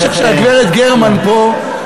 למרות שהגברת גרמן פה,